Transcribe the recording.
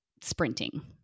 sprinting